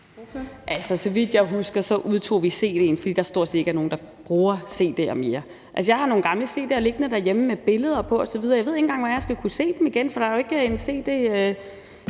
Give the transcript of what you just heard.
Så vidt jeg husker, udtog vi cd'en, fordi der stort set ikke er nogen, der bruger cd'er mere. Jeg har nogle gamle cd'er liggende derhjemme med billeder på osv. Jeg ved ikke engang, hvordan jeg skal kunne se dem igen, for der er jo ikke en